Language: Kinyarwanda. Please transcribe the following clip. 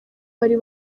bari